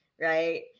right